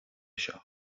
seo